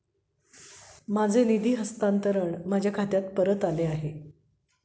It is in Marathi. माझे निधी हस्तांतरण माझ्या खात्यात परत आले आहे